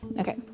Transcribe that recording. Okay